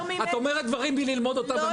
את אומרת דברים בלי ללמוד אותם.